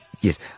Yes